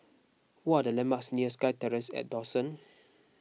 what are the landmarks near SkyTerrace at Dawson